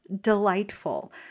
delightful